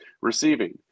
receiving